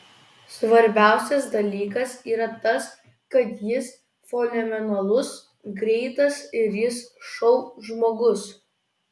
svarbiausias dalykas yra tas kad jis fenomenalus greitas ir jis šou žmogus